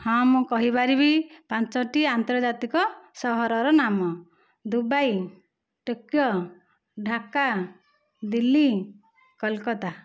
ହଁ ମୁଁ କହିପାରିବି ପାଞ୍ଚଟି ଆନ୍ତର୍ଜାତିକ ସହରର ନାମ ଦୁବାଇ ଟୋକିଓ ଢାକା ଦିଲ୍ଲୀ କୋଲକାତା